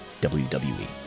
WWE